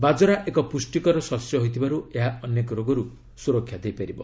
ବାଜରା ଏକ ପୁଷ୍ଟିକର ଶସ୍ୟ ହୋଇଥିବାରୁ ଏହା ଅନେକ ରୋଗରୁ ସୁରକ୍ଷା ଦେଇପାରିବ